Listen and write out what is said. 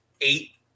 eight